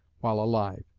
while alive.